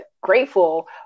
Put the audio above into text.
grateful